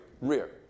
rear